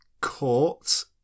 caught